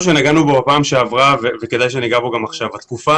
מה שנגענו בו בישיבה הקודמת וכדאי שניגע בו גם עכשיו: התקופה